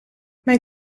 mijn